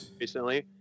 recently